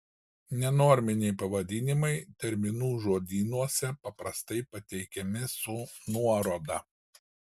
nenorminiai pavadinimai terminų žodynuose paprastai pateikiami su nuoroda